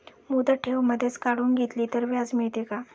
मुदत ठेव मधेच काढून घेतली तर व्याज मिळते का?